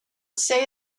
say